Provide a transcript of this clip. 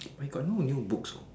I got no new books hor